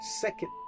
Second